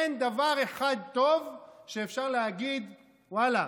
אין דבר אחד טוב שאפשר להגיד: ואללה,